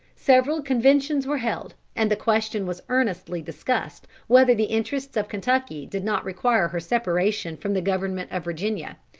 several conventions were held, and the question was earnestly discussed whether the interests of kentucky did not require her separation from the government of virginia,